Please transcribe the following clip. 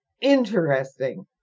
interesting